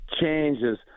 changes